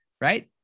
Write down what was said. right